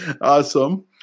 Awesome